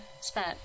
spent